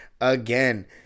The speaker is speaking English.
again